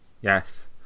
yes